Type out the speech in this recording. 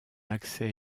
accès